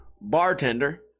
bartender